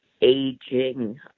aging